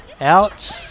out